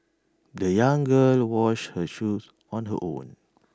the young girl washed her shoes on her own